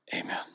Amen